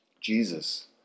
Jesus